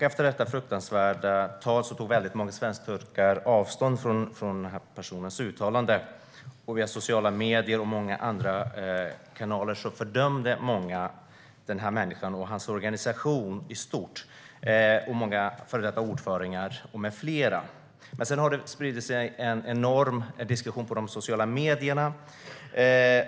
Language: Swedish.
Efter detta fruktansvärda tal tog väldigt många svensk-turkar avstånd från den här personens uttalanden, och via sociala medier och många andra kanaler fördömde många honom och hans organisation i stort, många före detta ordföranden med flera. Sedan dess har en enorm diskussion spridit sig på de sociala medierna.